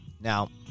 Now